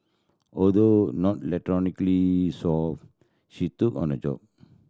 although not electronically solve she took on the job